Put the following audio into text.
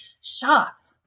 shocked